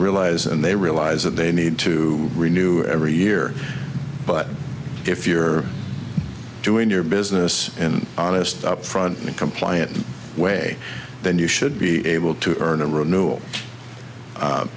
realize and they realize that they need to renew every year but if you're doing your business and honest up front and compliant way then you should be able to earn a r